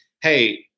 hey